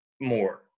more